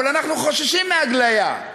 אבל אנחנו חוששים מהגליה.